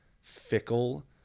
fickle